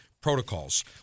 protocols